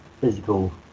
physical